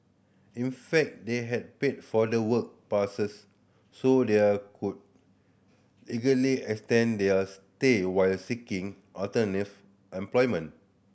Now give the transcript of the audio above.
in fact they had paid for the work passes so they are could legally extend their stay while seeking employment